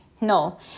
No